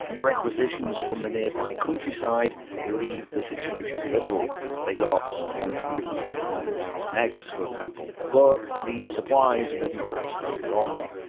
requisitions from the nearby countryside relieved the situation a little they got one hundred and seventy nine thousand eggs, for example but these supplies wouldn't last very long.